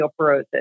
osteoporosis